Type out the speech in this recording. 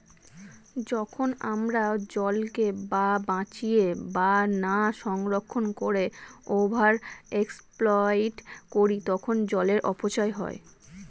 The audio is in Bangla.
যখন আমরা জলকে না বাঁচিয়ে বা না সংরক্ষণ করে ওভার এক্সপ্লইট করি তখন জলের অপচয় হয়